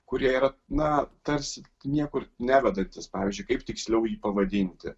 kurie yra na tarsi niekur nevedantys pavyzdžiui kaip tiksliau jį pavadinti